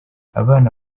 abana